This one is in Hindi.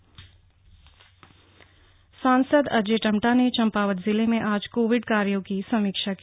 कोविड़ समीक्षा सांसद अजय टम्टा ने चंपावत जिले में आज कोविड कार्यो की समीक्षा की